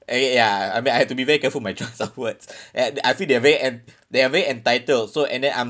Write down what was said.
eh ya I mean I had to be very careful my choice of words uh I feel they are very en~ they are very entitled so and then um